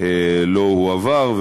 לא הועבר,